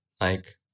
like-